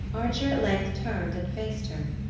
archer at length turned and faced her.